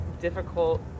difficult